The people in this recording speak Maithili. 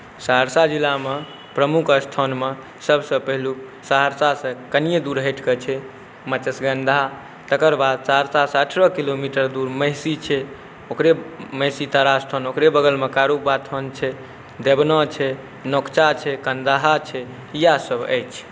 सहरसा जिलामे प्रमुख स्थानमे सभसँ पहिलुक सहरसासँ कनिए दूर हटिके छै मत्स्यगन्धा तकर बाद सहरसासँ अठारह किलोमीटर दूर महिषी छै ओकरे महिषी तारास्थान ओकरे बगलमे कारूबाबा स्थान छै देवना छै नकुचा छै कन्दाहा छै इएहसभ अछि